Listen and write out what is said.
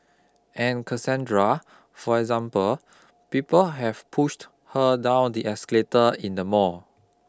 and Cassandra for example people have pushed her daw the escalator in the mall